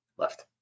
left